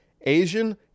Asian